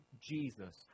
Jesus